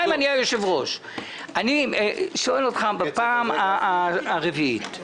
אנחנו מסכימים גם עכשיו לפנייה של